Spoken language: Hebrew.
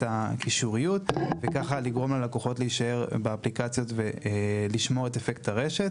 הקישוריות ולגרום ללקוחות להישאר באפליקציות ולשמור את "אפקט הרשת".